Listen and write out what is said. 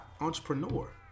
entrepreneur